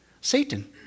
Satan